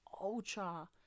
ultra